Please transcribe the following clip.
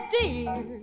dear